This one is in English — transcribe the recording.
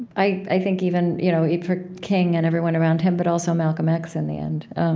i i think, even you know even for king and everyone around him, but also malcolm x in the end.